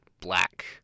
black